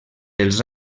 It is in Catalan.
els